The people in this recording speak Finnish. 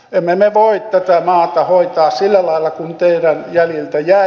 emme me voi tätä maata hoitaa sillä lailla kuin teidän jäljiltä jäi